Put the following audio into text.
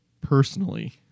personally